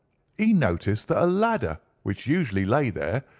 he noticed that a ladder, which usually lay there,